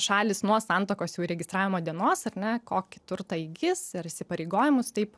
šalys nuo santuokos jau įregistravimo dienos ar ne kokį turtą įgis ir įsipareigojimus taip